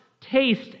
taste